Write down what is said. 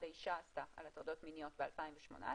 האישה עשתה על הטרדות מיניות ב-2018,